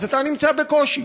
אז אתה נמצא בקושי,